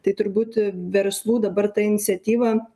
tai turbūt verslų dabar ta iniciatyva